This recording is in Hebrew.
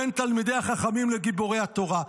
בין תלמידי החכמים לגיבורי התורה.